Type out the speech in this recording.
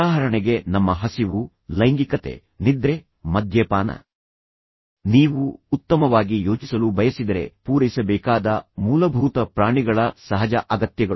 ಉದಾಹರಣೆಗೆ ನಮ್ಮ ಹಸಿವು ಉದಾಹರಣೆಗೆ ಲೈಂಗಿಕತೆ ಉದಾಹರಣೆಗೆ ನಿದ್ರೆ ಉದಾಹರಣೆಗೆ ಮದ್ಯಪಾನ ಸರಿ ನೀವು ಉತ್ತಮವಾಗಿ ಯೋಚಿಸಲು ಬಯಸಿದರೆ ಪೂರೈಸಬೇಕಾದ ಮೂಲಭೂತ ಪ್ರಾಣಿಗಳ ಸಹಜ ಅಗತ್ಯಗಳು